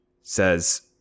says